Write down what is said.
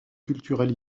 culturel